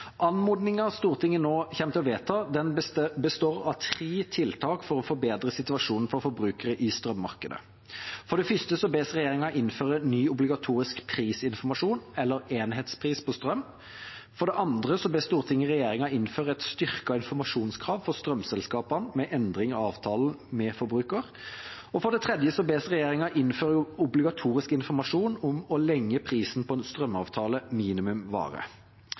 Stortinget nå kommer til å vedta, består av tre tiltak for å forbedre situasjonen for forbrukere i strømmarkedet. For det første bes regjeringa innføre ny obligatorisk prisinformasjon, eller enhetspris, på strøm. For det andre ber Stortinget regjeringa innføre et styrket informasjonskrav for strømselskapene ved endring av avtalen med forbruker. Og for det tredje bes regjeringa om å innføre obligatorisk informasjon om hvor lenge prisen på en strømavtale minimum